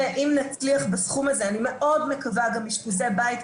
ואני מאוד מקווה שאם נצליח בסכום הזה גם אשפוזי בית,